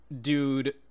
dude